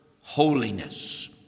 holiness